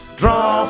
draw